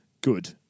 Good